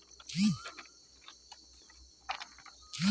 Bank account ছাড়া কি UPI ID চোলা যাবে?